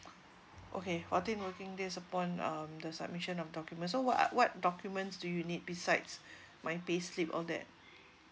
okay fourteen working days upon um the submission of document so what what documents do you need besides my payslip all that